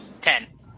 Ten